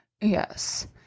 yes